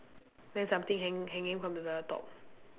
then something hang~ hanging from the the top